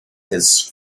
has